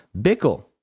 Bickle